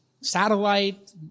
satellite